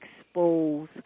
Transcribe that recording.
expose